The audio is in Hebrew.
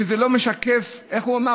שזה לא משקף, איך הוא אמר?